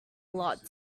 lot